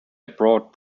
abroad